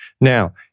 Now